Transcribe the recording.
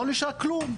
לא נשאר כלום.